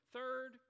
Third